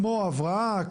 כמו הבראה,